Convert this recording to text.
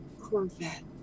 corvette